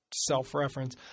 self-reference